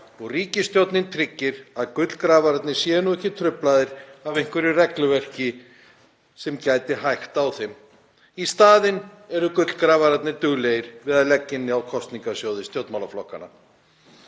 og ríkisstjórnin tryggir að gullgrafararnir séu ekki truflaðir af einhverju regluverki sem gæti hægt á þeim. Í staðinn eru gullgrafararnir duglegir við að leggja inn á kosningasjóði stjórnmálaflokkanna.